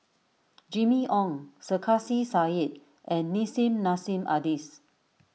Jimmy Ong Sarkasi Said and Nissim Nassim Adis